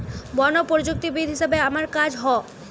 বন প্রযুক্তিবিদ হিসাবে আমার কাজ হ